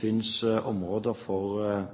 finnes områder for